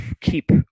keep